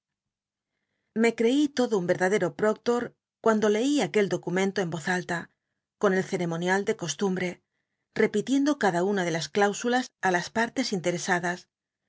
cl'c í lodo un wcladero tnoclor cuando leí iquel documento en oz alta con el ceremonial de costumbre repitiendo cada una de las cláusulas las partes interesadas